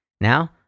Now